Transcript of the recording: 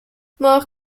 more